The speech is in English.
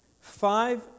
Five